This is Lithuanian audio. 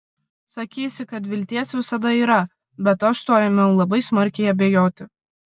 sakysi kad vilties visada yra bet aš tuo ėmiau labai smarkiai abejoti